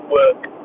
work